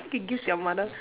okay give to your mother